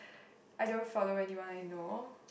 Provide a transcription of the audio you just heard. I don't follow anyone I know